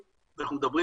אני חושב שאנחנו רצים